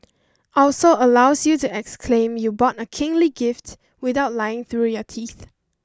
also allows you to exclaim you bought a kingly gift without lying through your teeth